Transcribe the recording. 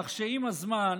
כך שעם הזמן